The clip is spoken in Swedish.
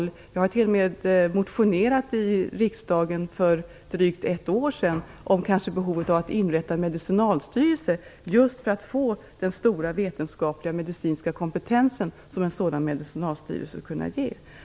Jag har t.o.m. motionerat här i riksdagen - för drygt ett år sedan - om behovet av att inrätta en medicinalstyrelse, just för att åstadkomma den stora vetenskapliga och medicinska kompetens som en medicinalstyrelse skulle kunna ha.